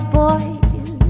boys